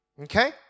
Okay